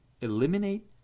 eliminate